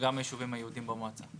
וגם ישובים היהודים במועצה.